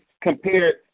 compared